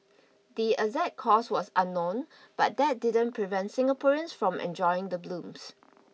the exact cause was unknown but that didn't prevent Singaporeans from enjoying the blooms